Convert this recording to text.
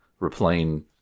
replaying